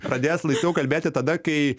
pradės laisviau kalbėti tada kai